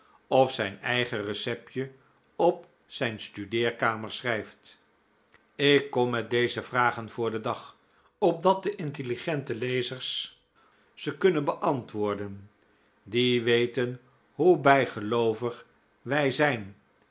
of zijn eigen receptje op zijn studeerkamer schrijft ik kom met deze vragen voor den dag opdat de intelligente lezers ze kunnen beantwoorden die weten hoe bijgeloovig wij zijn